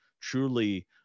truly